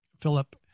Philip